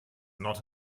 not